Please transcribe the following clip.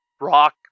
rock